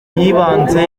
y’ibanze